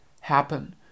happen